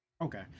Okay